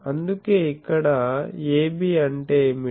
అందుకే ఇక్కడ AB అంటే ఏమిటి